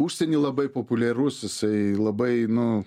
užsieny labai populiarus jisai labai nu